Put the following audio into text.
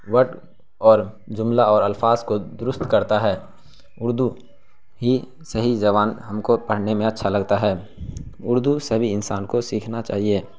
word اور جملہ اور الفاظ کو درست کرتا ہے اردو ہی صحیح زبان ہم کو پڑھنے میں اچھا لگتا ہے اردو سبھی انسان کو سیکھنا چاہیے